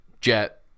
jet